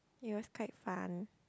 it was quite fun